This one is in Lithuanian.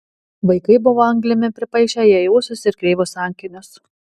vaikai buvo anglimi pripaišę jai ūsus ir kreivus akinius